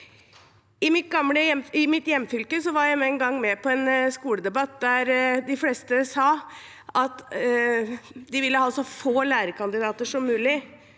I mitt hjemfylke var jeg en gang med på en skoledebatt der de fleste sa at de ville ha så få lærekandidater som mulig.